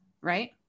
right